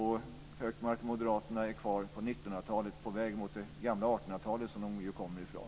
Hökmark och moderaterna är kvar i 1900-talet, på väg mot det gamla 1800 talet, som de kommer från.